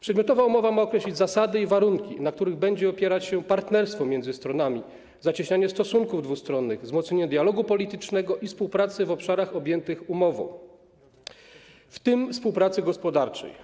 Przedmiotowa umowa ma określić zasady i warunki, na których będzie opierać się partnerstwo między stronami, zacieśnianie stosunków dwustronnych, wzmocnienie dialogu politycznego i współpracy w obszarach objętych umową, w tym współpracy gospodarczej.